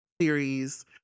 series